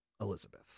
Elizabeth